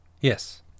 Yes